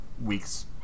weeks